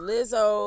Lizzo